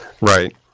Right